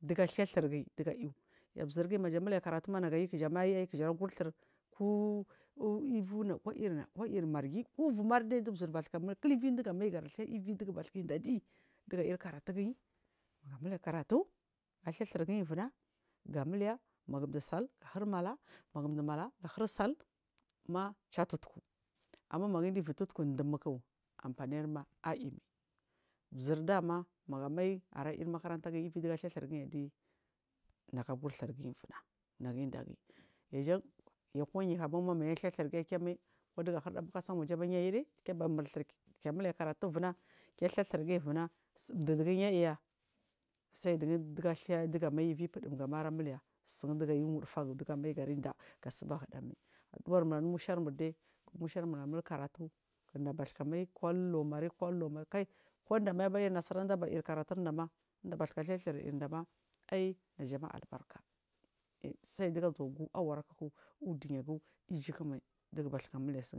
dighthir gin nagayi ai zirgi maja mult karatuma nagayu khgjamai ivegighbas ka da’adi diga iri karatugin gamult karatu gaguri thirgin uvuna gamile magh du sal gattur mala magu mala ga hursal ma cha tuttuku amma maga anda ive tuttuku dummu amfanirma aimai zur dama maga mai iri makaranta gin ive diga a guri thirgin adi nagu agu rithirgin wuna nagu in da gin uvuna yajan ko yika bannaki kuri thir giya komai ko diga hur da alu kasan waje keba mul thir ke mule karatu uvuna ke guri thir giya uvuna dudigu yi a iya sai digu diga ather dugama alar vi buduni galuba mule tsegayi umai wudutagu digamma daleba da gasuba huda gatubar namur musuarmur dai mushar mur amul karatu kind baska mail u lau mari kai dinda mai alar iri nasara kinda tba mul karatunda ma din baska gur thir da ya ai najama albarka salldigabaskagu a wara khmai u dunya gu iju khmai digh baska mule segin.